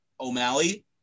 O'Malley –